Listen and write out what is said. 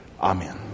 Amen